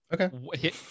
Okay